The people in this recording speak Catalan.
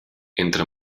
entre